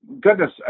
goodness